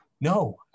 no